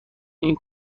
این